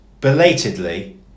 belatedly